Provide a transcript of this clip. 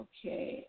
Okay